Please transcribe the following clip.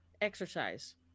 exercise